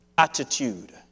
Attitude